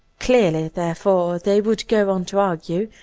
clearly, therefore, they would go on to argue,